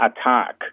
attack